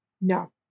No